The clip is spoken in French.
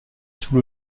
sous